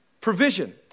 Provision